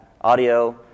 audio